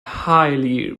highly